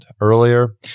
earlier